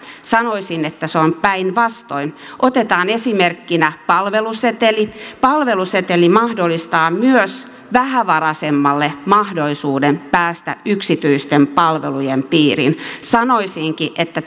sanoisin että se on päinvastoin otetaan esimerkkinä palveluseteli palveluseteli mahdollistaa myös vähävaraisemmalle mahdollisuuden päästä yksityisten palvelujen piiriin sanoisinkin että